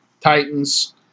Titans